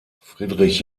friedrich